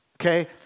Okay